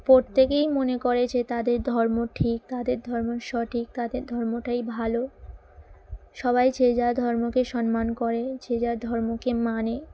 প্রত্যেকেই মনে করে যে তাদের ধর্ম ঠিক তাদের ধর্ম সঠিক তাদের ধর্মটাই ভালো সবাই যে যা ধর্মকে সম্মান করে যে যা ধর্মকে মানে